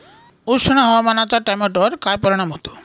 उष्ण हवामानाचा टोमॅटोवर काय परिणाम होतो?